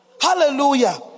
hallelujah